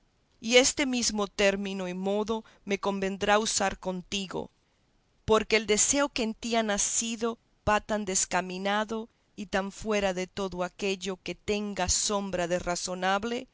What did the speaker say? y este mesmo término y modo me convendrá usar contigo porque el deseo que en ti ha nacido va tan descaminado y tan fuera de todo aquello que tenga sombra de razonable